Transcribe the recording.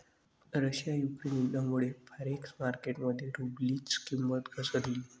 Russia Ukraine युद्धामुळे forex market मध्ये रुबलची किंमत घसरली